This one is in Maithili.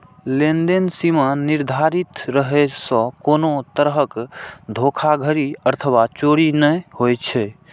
लेनदेन सीमा निर्धारित रहै सं कोनो तरहक धोखाधड़ी अथवा चोरी नै होइ छै